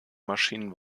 maschinen